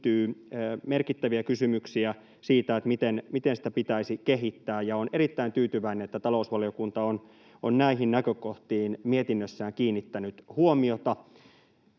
liittyy merkittäviä kysymyksiä siitä, miten sitä pitäisi kehittää, ja olen erittäin tyytyväinen, että talousvaliokunta on näihin näkökohtiin mietinnössään kiinnittänyt huomiota.